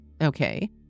Okay